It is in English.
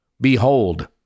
Behold